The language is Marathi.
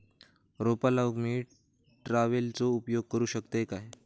रोपा लाऊक मी ट्रावेलचो उपयोग करू शकतय काय?